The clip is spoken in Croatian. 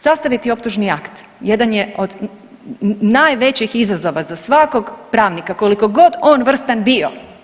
Sastaviti optužni akt jedan je od najvećih izazova za svakog pravnika kolikogod on vrstan bio.